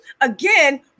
again